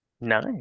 Nice